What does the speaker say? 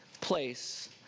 place